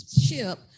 ship